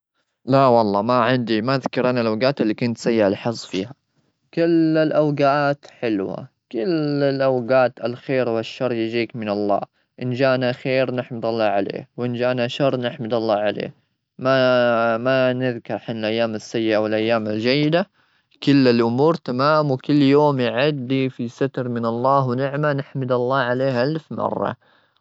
لا والله ما عندي ما أذكر أنا الأوقات اللي كنت سيء الحظ فيها. كل الأوقات حلوة، كل الأوقات الخير والشر يجيك من الله. إن جانا خير نحمد الله عليه، وإن جانا شر نحمد الله عليه. ما-ما نذكي حنا أيام السيئة والايام الجيدة. كل الأمور تمام، وكل يوم يعدي في ستر من الله ونعمة، نحمد الله عليها ألف مرة.